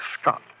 Scott